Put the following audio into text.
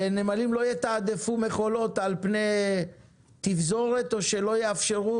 שנמלים לא יתעדפו מכולות על פני תפזורת או שלא יאפשרו